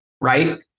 right